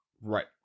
right